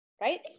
right